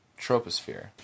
troposphere